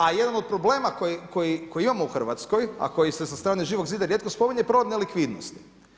Ja jedan od problema koji imamo u Hrvatskoj, a koji se sa strane Živog zida rijetko spominje je problem nelikvidnosti.